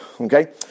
okay